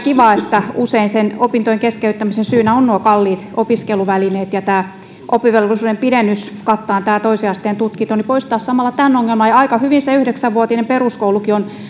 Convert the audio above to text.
kiva että usein opintojen keskeyttämisen syynä ovat kalliit opiskeluvälineet ja tämä oppivelvollisuuden pidennys kattamaan tämän toisen asteen tutkinnon poistaisi samalla tämän ongelman aika hyvin se yhdeksänvuotinen peruskoulukin on